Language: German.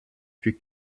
für